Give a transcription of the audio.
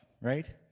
right